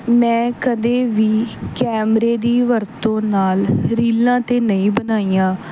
ਮੈਂ ਕਦੇ ਵੀ ਕੈਮਰੇ ਦੀ ਵਰਤੋਂ ਨਾਲ ਰੀਲਾਂ ਤਾਂ ਨਹੀਂ ਬਣਾਈਆਂ